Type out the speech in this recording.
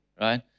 right